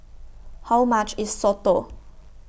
How much IS Soto